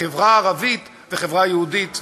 חברה ערבית וחברה יהודית,